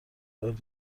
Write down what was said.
عالی